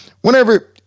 whenever